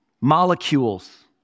molecules